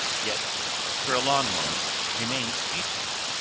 yet for a long moment remained speechless.